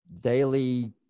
daily